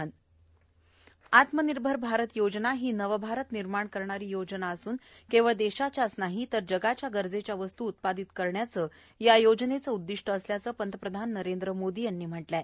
नीति आयोग आत्मनिर्भर भारत योजना ही नवभारत निर्माण करणारी योजना असून केवळ देशाच्याच नाही तर जगाच्या गरजेच्या वस्तू उत्पादित करण्याचं या योजनेचं उद्दीष्ट असल्याचं पंतप्रधान नरेंद्र मोदी यांनी म्हटलं आहे